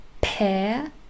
pair